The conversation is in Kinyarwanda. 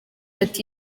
ati